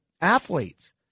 athletes